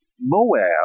Moab